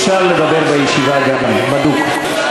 אפשר לדבר גם בישיבה, בדוק.